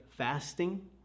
fasting